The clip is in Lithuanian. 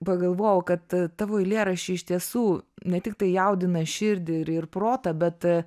pagalvojau kad tavo eilėraščiai iš tiesų ne tiktai jaudina širdį ir ir protą bet